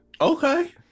Okay